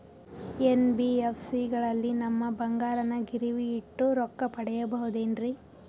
NBFC ಗಳಲ್ಲಿ ನಮ್ಮ ಬಂಗಾರನ ಗಿರಿವಿ ಇಟ್ಟು ರೊಕ್ಕ ಪಡೆಯಬಹುದೇನ್ರಿ?